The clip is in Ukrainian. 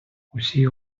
усі